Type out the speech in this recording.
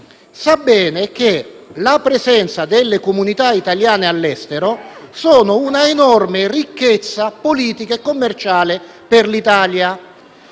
sa bene che la presenza delle comunità italiane all'estero sono una enorme ricchezza politica e commerciale per l'Italia.